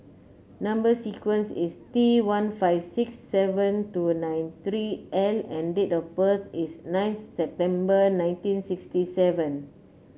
number sequence is T one five six seven two nine three L and date of birth is nine September nineteen sixty seven